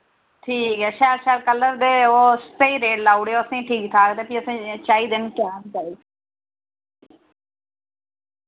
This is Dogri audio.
ठीक ऐ शैल शैल कलर दे ओ स्हेई रेट लाउड़ेओ असें ठीक ठाक ते फ्ही असें चाहिदे न